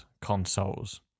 consoles